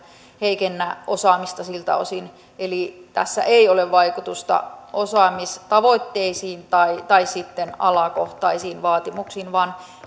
heikennä osaamista siltä osin eli tässä ei ole vaikutusta osaamistavoitteisiin tai tai sitten alakohtaisiin vaatimuksiin vaan